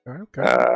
Okay